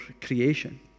creation